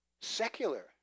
secular